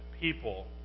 people